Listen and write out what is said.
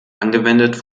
angewendet